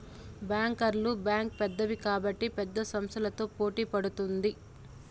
బ్యాంకర్ల బ్యాంక్ పెద్దది కాబట్టి పెద్ద సంస్థలతో పోటీ పడుతుంది